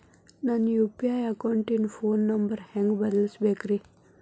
ನನ್ನ ಯು.ಪಿ.ಐ ಅಕೌಂಟಿನ phone number ಹೆಂಗ್ ಬದಲಾಯಿಸ ಬೇಕ್ರಿ?